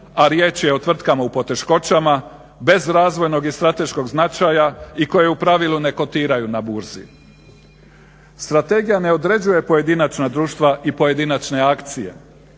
a riječ je o tvrtkama u poteškoćama bez razvojnog i strateškog značaja i koje u pravilu ne kotiraju na Burzi. Strategija ne određuje pojedinačna društva i pojedinačne akcije.